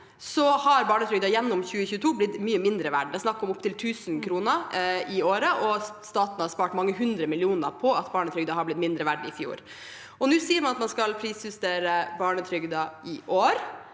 har barnetrygden gjennom 2022 blitt mye mindre verd. Det er snakk om opptil 1 000 kr i året, og staten har spart mange hundre millioner på at barnetrygden ble mindre verd i fjor. Nå sier man at man skal prisjustere barnetrygden i år,